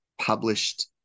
published